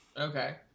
okay